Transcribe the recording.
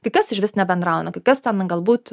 kai kas išvis nebendrauna kai kas ten galbūt